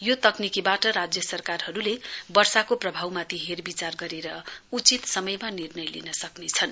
यो तकनिकीबाट राज्य सरकारहरूले वर्षाको प्रभावमाथि हेरविचार गरेर उचित समयमा निर्णय लिन सक्नेछन्